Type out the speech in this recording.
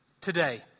today